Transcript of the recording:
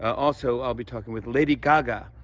also, i'll be talking with lady gaga,